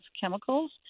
chemicals